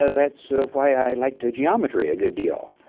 so that's so why i liked geometry a good deal